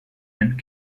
and